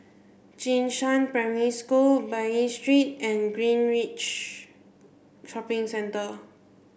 Jing Shan Primary School Bain Street and Greenridge Shopping Centre